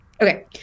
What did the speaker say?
Okay